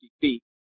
feet